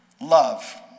love